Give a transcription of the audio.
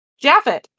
Jaffet